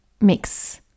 mix